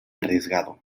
arriesgado